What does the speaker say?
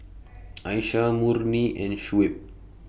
Aisyah Murni and Shuib